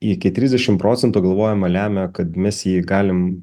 iki trisdešim procentų galvojama lemia kad mes jį galim